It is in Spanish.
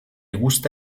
gusta